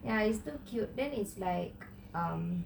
ya it's too cute then it's like um